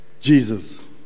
Jesus